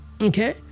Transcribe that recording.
Okay